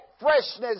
freshness